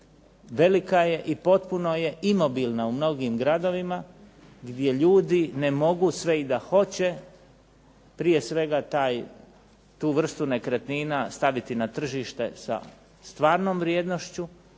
velika je i potpuno je imobilna u mnogim gradovima gdje ljudi ne mogu sve i da hoće prije svega tu vrstu nekretnina staviti na tržište sa stvarnom vrijednošću